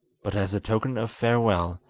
but as a token of farewell,